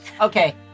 Okay